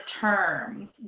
term